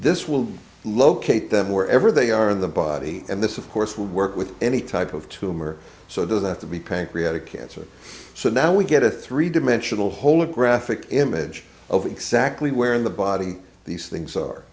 this will locate them wherever they are in the body and this of course will work with any type of tumor so they have to be pancreatic cancer so now we get a three dimensional whole a graphic image of exactly where in the body these things are